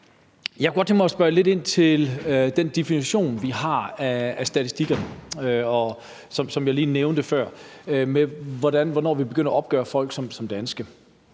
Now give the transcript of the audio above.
Jeg kunne godt tænke mig at spørge lidt ind til den definition, vi har i statistikker, som jeg lige nævnte før, af, hvornår vi begynder at opføre folk som danske.